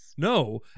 No